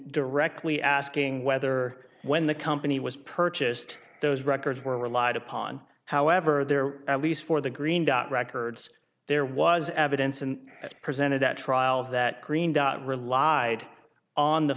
directly asking whether when the company was purchased those records were relied upon however there at least for the green dot records there was evidence and presented at trial that relied on the